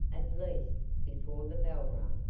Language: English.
at least, before the bell rang.